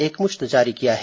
एकमुश्त जारी किया है